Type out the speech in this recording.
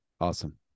Awesome